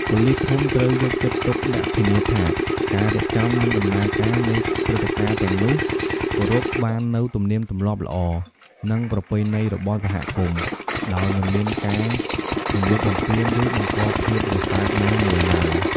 ប៉ូលីសភូមិត្រូវយកចិត្តទុកដាក់ធានាថា ការរៀបចំ និងដំណើរការនៃព្រឹត្តិការណ៍ទាំងនោះ គោរពបាននូវទំនៀមទម្លាប់ល្អ និងប្រពៃណីរបស់សហគមន៍ ដោយមិនមានការរំលោភបំពាន ឬបង្កភាពរសើបណាមួយឡើយ។